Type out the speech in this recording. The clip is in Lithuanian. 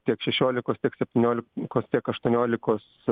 tiek šešiolikos tiek septyniolikos tiek aštuoniolikos